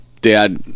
dad